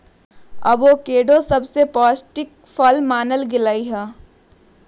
avocado सबसे पौष्टिक फल मानल गेलई ह